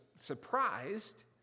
surprised